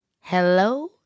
Hello